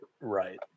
right